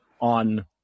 on